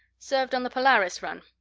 served on the polaris run.